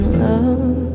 love